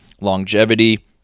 longevity